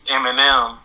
Eminem